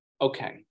Okay